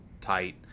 tight